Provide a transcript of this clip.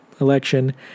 election